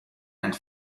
and